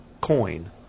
coin